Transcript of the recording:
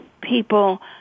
people